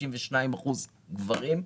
92% גברים,